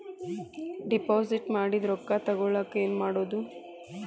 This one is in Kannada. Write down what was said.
ಡಿಪಾಸಿಟ್ ಮಾಡಿದ ರೊಕ್ಕ ತಗೋಳಕ್ಕೆ ಏನು ಮಾಡೋದು?